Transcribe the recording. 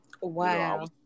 wow